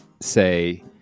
say